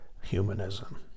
humanism